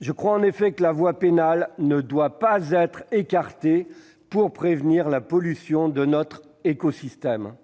Je crois en effet que la voie pénale ne doit pas être écartée pour prévenir la pollution de notre écosystème.